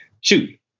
shoot